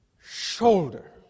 shoulder